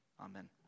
Amen